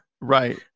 Right